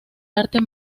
artes